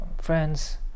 friends